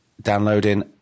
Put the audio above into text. downloading